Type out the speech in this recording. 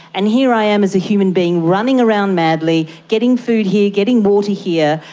and here i am as a human being running around madly getting food here, getting water here.